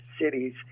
cities